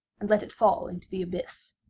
and let it fall into the abyss.